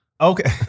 Okay